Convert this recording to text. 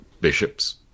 bishops